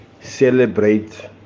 celebrate